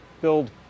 build